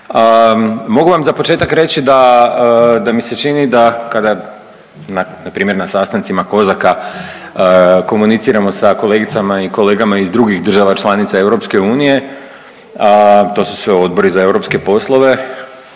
mogu vam za početak reći da mi se čini da na primjer na sastancima KOZAK-a komuniciramo sa kolegicama i kolegama iz drugih država članica EU. To su sve Odbori za europske poslove.